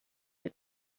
that